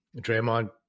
Draymond